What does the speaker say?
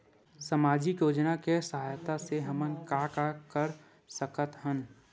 सामजिक योजना के सहायता से हमन का का कर सकत हन?